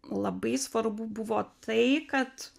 labai svarbu buvo tai kad